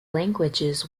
languages